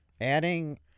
Adding